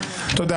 נפל.